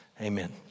Amen